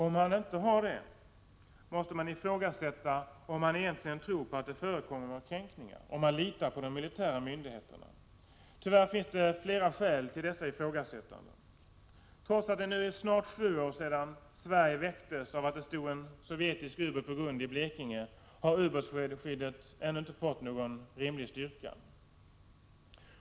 Om han inte har det måste man ifrågasätta om han egentligen tror på att det förekommer kränkningar, om han litar på de militära myndigheterna. Tyvärr finns det flera skäl till dessa ifrågasättanden. Trots att det nu är snart sju år sedan Sverige väcktes av att det stod en sovjetisk ubåt på grund i Blekinge har ubåtsskyddet ännu inte fått någon rimlig styrka.